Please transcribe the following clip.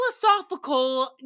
philosophical